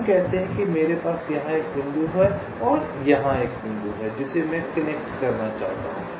हम कहते हैं कि मेरे पास यहां एक बिंदु है और मेरे पास यहां एक बिंदु है जिसे मैं कनेक्ट करना चाहता हूं